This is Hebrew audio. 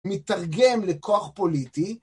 מתרגם לכוח פוליטי